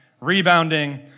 rebounding